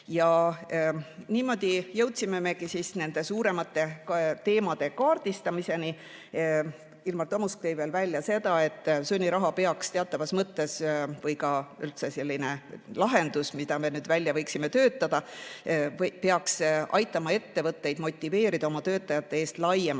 Niimoodi jõudsime me nende suuremate teemade kaardistamiseni. Ilmar Tomusk tõi veel välja seda, et sunniraha või üldse selline lahendus, mida me välja võiksime töötada, peaks aitama ettevõtteid motiveerida oma töötajate eest laiemalt